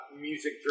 music